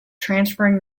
transferring